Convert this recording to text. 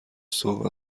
صبح